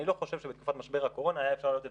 אני לא חושב שבתקופת משבר הקורונה היה אפשר להעלות את